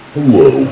Hello